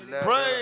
Pray